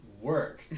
work